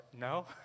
No